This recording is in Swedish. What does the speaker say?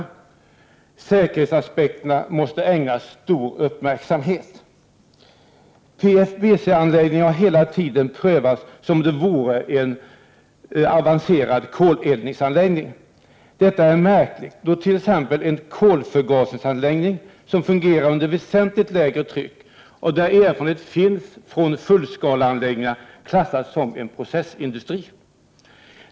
O Säkerhetsaspekterna måste ägnas stor uppmärksamhet. PFBC-anläggningen har hela tiden prövats som om den vore en avancerad koleldningsanläggning. Detta är märkligt, då t.ex. en kolförgasningsanläggning, som fungerar under väsentligt lägre tryck och där erfarenhet finns från fullskaleanläggningar, klassas som processindustri.